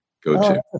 go-to